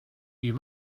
you